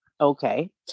okay